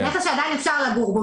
זה נכס שעדיין אפשר לגור בו,